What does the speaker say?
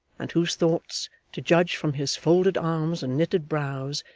and whose thoughts to judge from his folded arms and knitted brows,